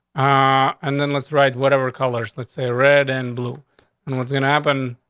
ah, and then let's write whatever colors, let's say red and blue and what's gonna happen?